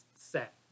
set